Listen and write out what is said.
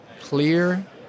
clear